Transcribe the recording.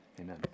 amen